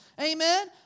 Amen